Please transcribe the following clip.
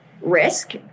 risk